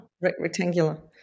rectangular